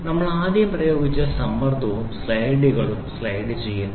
ആദ്യം നമ്മൾ പ്രയോഗിച്ച സമ്മർദ്ദവും സ്ലൈഡുകളും സ്ലൈഡുചെയ്യുന്നു